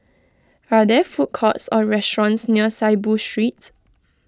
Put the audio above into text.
are there food courts or restaurants near Saiboo Street